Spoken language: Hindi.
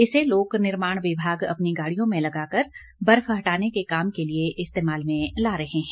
इसे लोक निर्माण विभाग अपनी गाड़ियों में लगा कर बर्फ हटाने के काम के लिए इस्तेमाल में ला रहे है